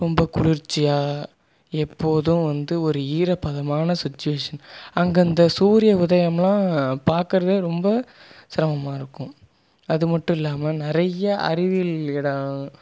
ரொம்ப குளிர்ச்சியாக எப்போதும் வந்து ஒரு ஈரப்பதமான சுச்சுவேசன் அங்கே அந்த சூரிய உதயம்லாம் பாக்கிறதே ரொம்ப சிரமமாக இருக்கும் அது மட்டும் இல்லாமல் நிறையா அறிவியல் இடம்